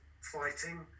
fighting